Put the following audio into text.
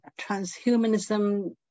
transhumanism